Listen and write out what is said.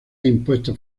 impuestos